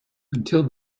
until